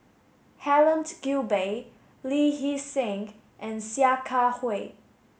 Helen Gilbey Lee Hee Seng and Sia Kah Hui